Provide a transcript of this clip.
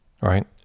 right